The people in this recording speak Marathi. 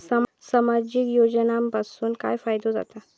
सामाजिक योजनांपासून काय फायदो जाता?